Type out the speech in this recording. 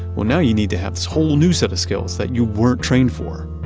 well, now you need to have this whole new set of skills that you weren't trained for.